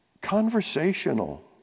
conversational